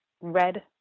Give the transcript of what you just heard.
red